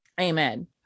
Amen